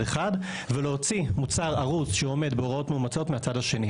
אחד ולהוציא מוצר ארוז שעומד בהוראות מאומצות מהצד השני.